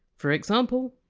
for example!